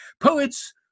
poets